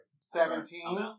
seventeen